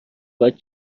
باید